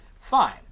fine